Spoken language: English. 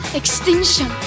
extinction